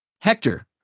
Hector